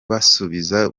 basubiza